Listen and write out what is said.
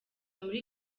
muri